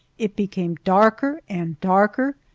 it became darker and darker,